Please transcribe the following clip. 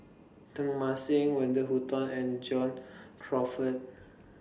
Teng Mah Seng Wendy Hutton and John Crawfurd